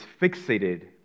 fixated